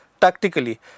tactically